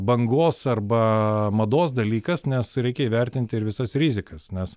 bangos arba mados dalykas nes reikia įvertinti ir visas rizikas nes